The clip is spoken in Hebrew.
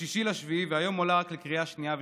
ב-6 ביולי, והיום עולה רק לקריאה שנייה ושלישית,